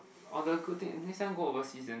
all the good thing next time go overseas and